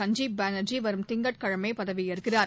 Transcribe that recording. சஞ்ஜீப் பான்ஜி வரும் திங்கட்கிழமை பதவியேற்கிறார்